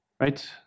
Right